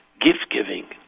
gift-giving